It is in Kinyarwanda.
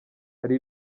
hari